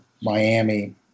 Miami